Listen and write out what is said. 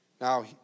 now